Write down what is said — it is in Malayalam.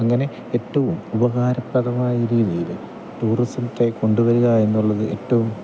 അങ്ങനെ ഏറ്റവും ഉപകാരപ്രദമായ രീതിയിൽ ടൂറിസത്തെ കൊണ്ടുവരികയെന്നുള്ളത് ഏറ്റവും